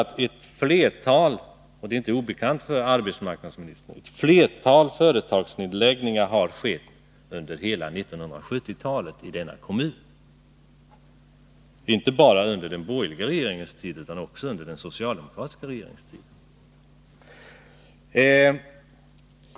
Ett flertal — och det är inte obekant för arbetsmarknadsministern — företagsnedläggningar har nämligen skett under hela 1970-talet i denna kommun. Det var inte bara under den borgerliga regeringens tid utan också under den socialdemokratiska regeringens tid.